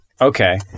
okay